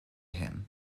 him